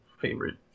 favorite